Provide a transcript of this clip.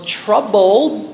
troubled